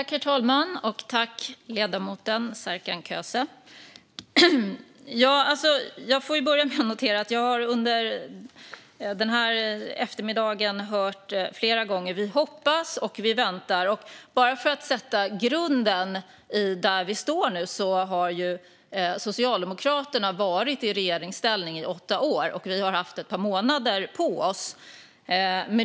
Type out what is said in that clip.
Herr talman! Jag får börja med att notera att jag under den här eftermiddagen flera gånger har hört ledamöter säga "vi hoppas" och "vi väntar". Men grunden där vi nu står är att ni i Socialdemokraterna var i regeringsställning i åtta år och att vi har haft ett par månader på oss.